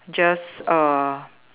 just uh